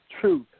truth